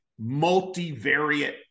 multivariate